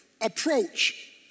approach